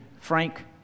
Frank